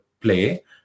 play